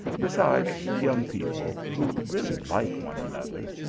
besides, young people, who really like one another,